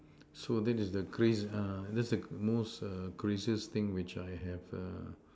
so that is the craze uh that's the most err craziest thing which I have uh